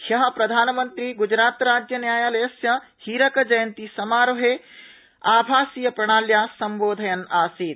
ह्य प्रधानमन्त्री गुजरात उच्च न्यायालयस्य हीरकजयन्ति समारोहे आभासीयप्रणाल्या संबोधयन्नासीत्